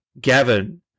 Gavin-